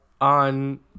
on